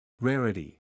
Rarity